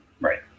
Right